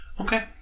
Okay